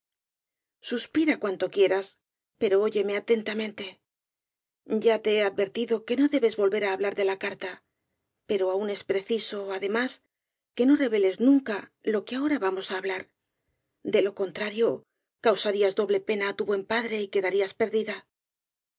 suspira cuanto quieras pero óyeme atentamente ya te he advertido que no debes volver á hablar de la carta pero aun es preciso además que no reveles nunca lo que ahora vamos á hablar de lo contrario causarías doble pena á tu buen padre y quedarías perdida